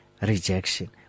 rejection